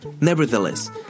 Nevertheless